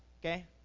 okay